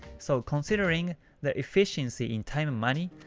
so considering the efficiency in time and money,